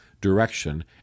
direction